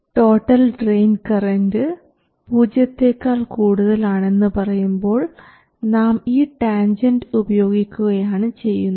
total drain current പൂജ്യത്തെക്കാൾ കൂടുതൽ ആണെന്ന് പറയുമ്പോൾ നാം ഈ ടാൻജൻറ് ഉപയോഗിക്കുകയാണ് ചെയ്യുന്നത്